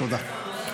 תודה.